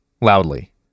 Loudly